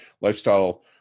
lifestyle